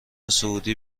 سعودی